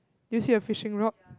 do you see a fishing rod